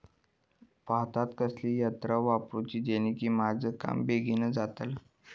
भातात कसली यांत्रा वापरुची जेनेकी माझा काम बेगीन जातला?